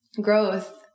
growth